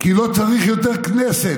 כי לא צריך יותר כנסת.